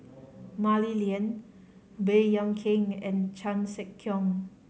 Mah Li Lian Baey Yam Keng and Chan Sek Keong